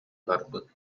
барбыт